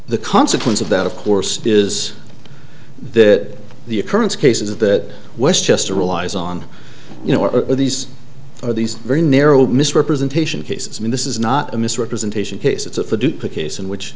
the consequence of that of course is that the occurrence cases that westchester relies on you know earn these are these very narrow misrepresentation cases i mean this is not a misrepresentation case it's a for do put case in which